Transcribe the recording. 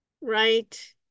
right